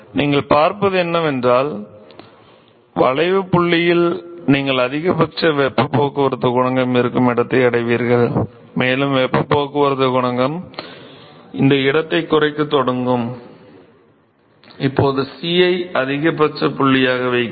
நீங்கள் பார்ப்பது என்னவென்றால் வளைவு புள்ளியில் நீங்கள் அதிகபட்ச வெப்பப் போக்குவரத்து குணகம் இருக்கும் இடத்தை அடைவீர்கள் மேலும் வெப்பப் போக்குவரத்து குணகம் இந்த இடத்தைக் குறைக்கத் தொடங்கும் இப்போது C ஐ அதிகபட்ச புள்ளியாக வைக்கிறேன்